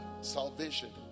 salvation